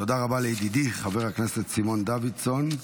תודה רבה לידידי חבר הכנסת סימון דוידסון.